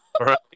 Right